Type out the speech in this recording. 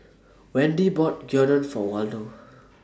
Wendi bought Gyudon For Waldo